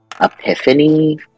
epiphany